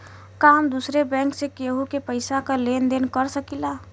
का हम दूसरे बैंक से केहू के पैसा क लेन देन कर सकिला?